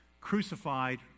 crucified